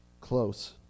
close